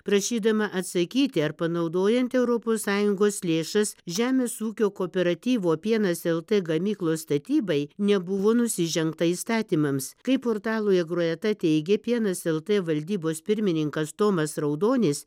prašydama atsakyti ar panaudojant europos sąjungos lėšas žemės ūkio kooperatyvo pienas lt gamyklos statybai nebuvo nusižengta įstatymams kaip portalui egroeta teigė pienas lt valdybos pirmininkas tomas raudonis